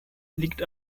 liegt